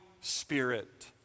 Spirit